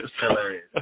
Hilarious